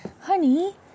Honey